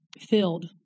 filled